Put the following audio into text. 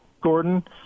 Gordon